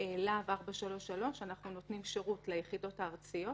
להב 433, ואנחנו נותנים שירות ליחידות הארציות.